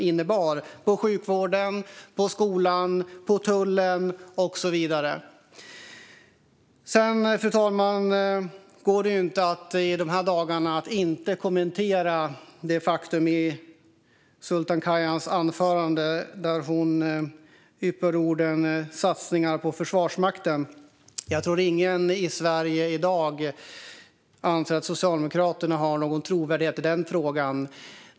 Det handlar om satsningar på sjukvården, skolan, tullen och så vidare. Fru talman! I dessa dagar går det inte heller att låta bli att kommentera det faktum att Sultan Kayhan i sitt anförande yppade orden "satsningar på Försvarsmakten". Jag tror inte att någon i Sverige i dag anser att Socialdemokraterna har någon trovärdighet i denna fråga.